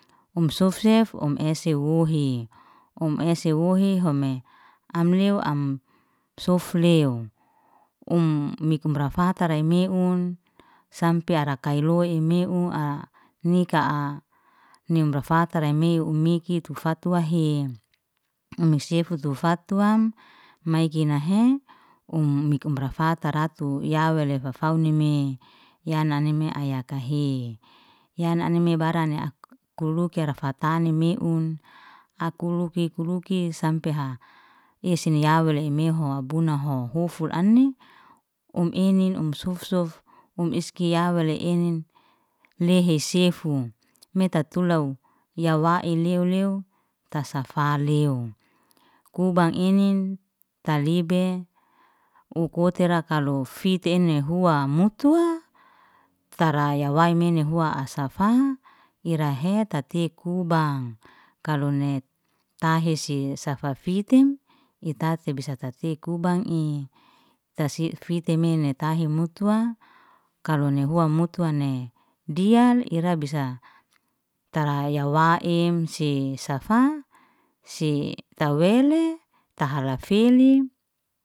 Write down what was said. Om sofsef om sefe wohi om esi wohi home amlew, am soflew. mikrum ra fatara imeun, sampe ara kailoi meun'a, nika'a nim rafata meun, umiki ufatwahe mesefu tufatwam maekinahe um mik um rafatara ratu, ya wele faufanime yananime ayakahe, yananime barang yak kuluki ra fatani meun, akuluki kulukis sampeha, eseni ya wale mehu abunaho, huffur aini, um ini um sufsuf, um iskia wele enin, lehe sefu metatulau, ya wahe leu- leu tasafa leu. Kubang inin talibe, ukukotera kalo fit enehua mutuwa. Tara yawai menhua asafa, irehe tatikubang kalone tahe si safafitin, ita seng bisa tatekubang ei tasef fitimeni tahe mutwa. Kalau nihua mutwa ne diyal, ira bisa tara ya waim si safa si tawele taha lafili.